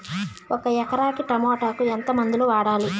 ఒక ఎకరాకి టమోటా కు ఎంత మందులు వాడాలి?